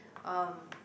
um